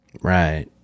Right